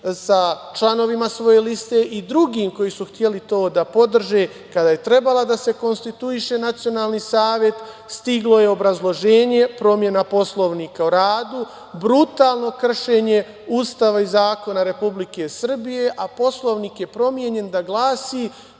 sa članovima svoje liste i drugim koji su hteli to da podrže, kada je trebala da se konstituiše, stiglo je obrazloženje, promena Poslovnika o radu, brutalno kršenje Ustava i zakona Republike Srbije, a Poslovnik je promenjen da glasi